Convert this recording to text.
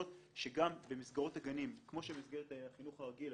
שגם במסגרות הגנים כמו שבמסגרת החינוך הרגיל,